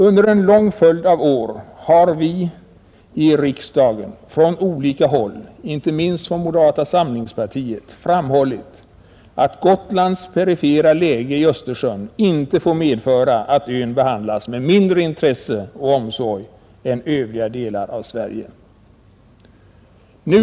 Under en lång följd av år har vi i riksdagen från olika håll, inte minst från moderata samlingspartiet, framhållit att Gotlands perifera läge i Östersjön inte får medföra att ön behandlas med mindre intresse och omsorg än övriga delar av Sverige.